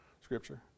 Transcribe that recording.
scripture